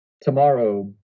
tomorrow